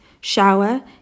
shower